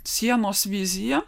sienos vizija